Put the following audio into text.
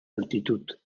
altitud